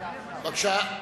בבקשה.